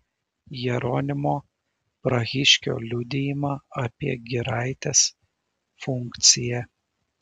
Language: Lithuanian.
jeronimo prahiškio liudijimą apie giraitės funkciją